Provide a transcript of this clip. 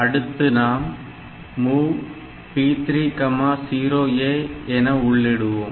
அடுத்து நாம் MOV P30A என உள் இடுகிறோம்